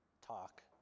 talk